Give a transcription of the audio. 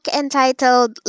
entitled